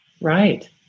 Right